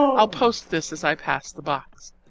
i'll post this as i pass the box.